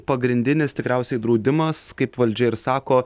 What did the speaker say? pagrindinis tikriausiai draudimas kaip valdžia ir sako